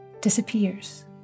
disappears